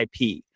IP